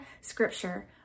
scripture